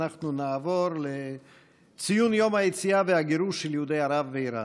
אנחנו נעבור לציון יום היציאה והגירוש של יהודים מארצות ערב ואיראן,